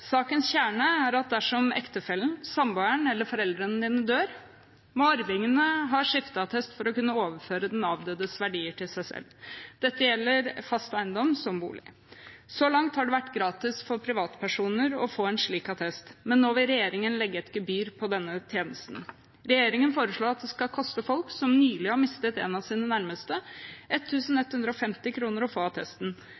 Sakens kjerne er at dersom ektefelle, samboer eller foreldre dør, må arvingene ha skifteattest for å kunne overføre den avdødes verdier til seg selv. Dette gjelder fast eiendom som bolig. Så langt har det vært gratis for privatpersoner å få en slik attest, men nå vil regjeringen legge et gebyr på denne tjenesten. Regjeringen foreslår at det skal koste folk som nylig har mistet en av sine nærmeste,